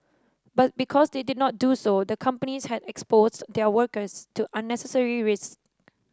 but because they did not do so the companies had exposed their workers to unnecessary risks